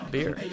Beer